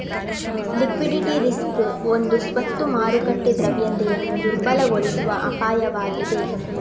liquidity risk ಒಂದು ಸ್ವತ್ತು ಮಾರುಕಟ್ಟೆ ದ್ರವ್ಯತೆಯನ್ನು ದುರ್ಬಲಗೊಳಿಸುವ ಅಪಾಯವಾಗಿದೆ